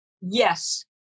Yes